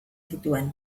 zituen